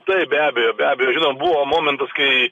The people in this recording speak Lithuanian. taip be abejo be abejo žinot buvo momentas kai